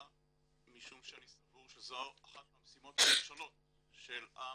משום שאני סבור שזו אחת מהמשימות הראשונות של עם